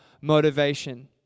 motivation